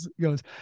goes